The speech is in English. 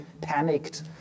panicked